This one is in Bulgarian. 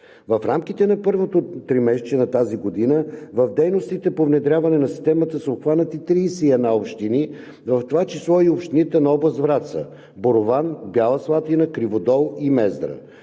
В рамките на първото тримесечие на тази година в дейностите по внедряване на системата са обхванати 31 общини, в това число и общините на област Враца – Борован, Бяла Слатина, Криводол и Мездра.